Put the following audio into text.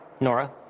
Nora